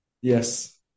Yes